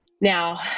now